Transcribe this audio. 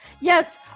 Yes